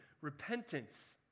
repentance